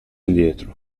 indietro